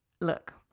look